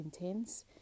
intense